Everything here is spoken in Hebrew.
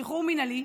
על השחרור המינהלי,